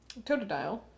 Totodile